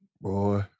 Boy